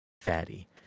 fatty